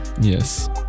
Yes